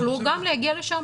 יוכלו להגיע לשם.